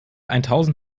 eintausend